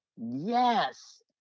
Yes